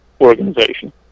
organization